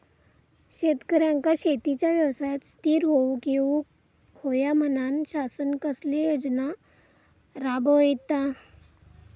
शेतकऱ्यांका शेतीच्या व्यवसायात स्थिर होवुक येऊक होया म्हणान शासन कसले योजना राबयता?